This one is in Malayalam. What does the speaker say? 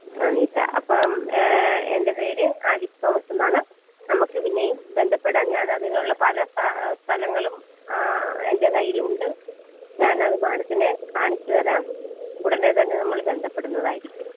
അനിത അപ്പം എൻ്റെ പേര് ആലീസ് തോമസെന്നാണ് നമുക്ക് പിന്നെയും ബന്ധപ്പെടാം ഞാനതിനുള്ള പല സ്ഥലങ്ങളും എൻ്റെ കയ്യിലുണ്ട് ഞാനത് മേഡത്തിനെ കാണിച്ചുതരാം ഉടനെ തന്നെ നമ്മള് ബന്ധപ്പെടുന്നതായിരിക്കും